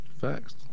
Facts